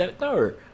no